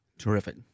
Terrific